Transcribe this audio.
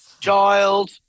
child